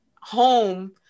home